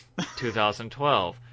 2012